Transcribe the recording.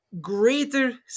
greater